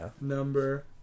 Number